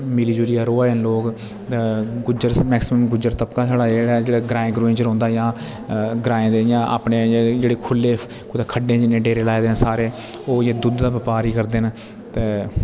मिली जलिये रोवै न लोग गुज्जर मैक्सिमम गुज्जर तपका साढा जेह्ड़ा ऐ ग्रांएं ग्रुये च रोंह्दा ऐ ग्रांएं दे जेह्ड़े अपने खुले खड्डे च इनें डेरे लाये दे सारे ते ओह् दूध दा व्यापार करदे न ते